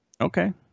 Okay